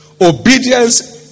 obedience